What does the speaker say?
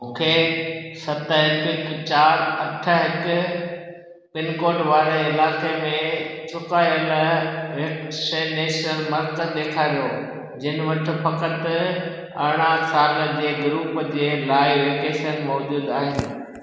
मूंखे सत हिकु हिकु चार अठ हिकु पिनकोड वारे इलाइक़े में चुकायल वैक्सनेशन मर्कज़ ॾेखारियो जिन वटि फ़क़ति अरड़हं साल जे ग्रुप जे लाइ वैकेसन मौजूदु आहिनि